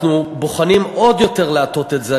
אנחנו בוחנים איך להטות את זה עוד יותר.